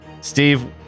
steve